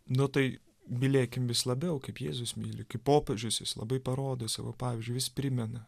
nu tai mylėkim vis labiau kaip jėzus myli kaip popiežius jis labai parodo savo pavyzdžiu vis primena